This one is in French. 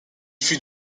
fut